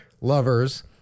Lovers